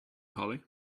hollie